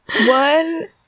One